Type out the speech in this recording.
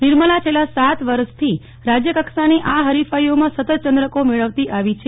નિર્મળા છેલ્લા સાત વરસોથી રાજ્યકક્ષાની આ હરીફાઈઓમાં સતત ચંદ્રકો મેળવતી આવી છે